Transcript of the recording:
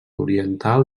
oriental